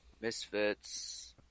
Misfits